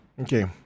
Okay